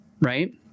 right